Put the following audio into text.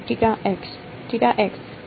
વિદ્યાર્થી ના